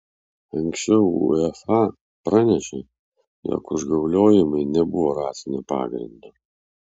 anksčiau uefa pranešė jog užgauliojimai nebuvo rasinio pagrindo